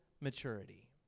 maturity